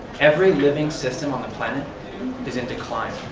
every living system on the planet is in decline,